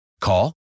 Call